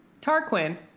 Tarquin